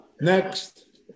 Next